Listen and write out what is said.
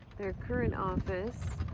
their current office.